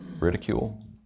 ridicule